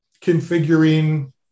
configuring